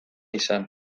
izan